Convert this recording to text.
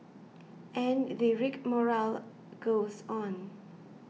and the rigmarole goes on